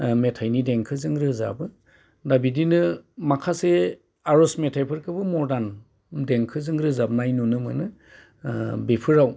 मेथाइनि देंखोजों रोजाबो दा बिदिनो माखासे आरज मेथाइफोरखौबो मडार्न देंखोजों रोजाबनाय नुनो मोनो बेफोराव